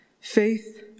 faith